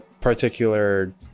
particular